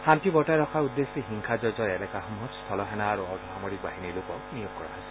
শান্তি বৰ্তাই ৰখাৰ উদ্দেশ্য হিংসা জৰ্জৰ এলেকাসমূহত স্থলসেনা আৰু অৰ্ধসামৰিক বাহিনীৰ লোকক নিয়োগ কৰা হৈছে